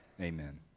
Amen